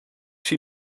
zie